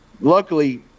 luckily